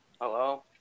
Hello